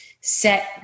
set